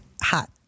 hot